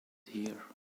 here